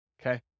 Okay